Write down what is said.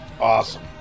Awesome